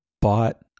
bought